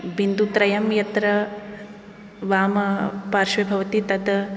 बिन्दुत्रयं यत्र वामपार्श्वे भवति तत्